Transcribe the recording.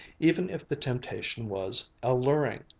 even if the temptation was alluring.